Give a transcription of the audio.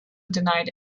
denied